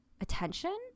attention